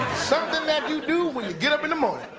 something you do when you get up in the morning.